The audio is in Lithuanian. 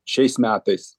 šiais metais